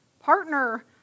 Partner